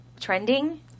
trending